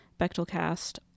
BechtelCast